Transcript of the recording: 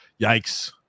Yikes